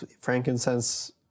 frankincense